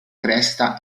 cresta